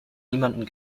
niemanden